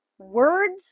Words